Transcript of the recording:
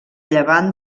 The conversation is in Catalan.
llevant